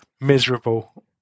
miserable